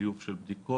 וזיוף של בדיקות.